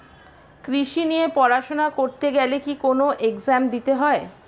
কৃষি নিয়ে পড়াশোনা করতে গেলে কি কোন এগজাম দিতে হয়?